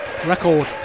Record